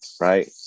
Right